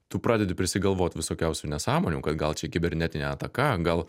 tu pradedi prisigalvot visokiausių nesąmonių kad gal čia kibernetinė ataka gal